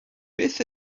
beth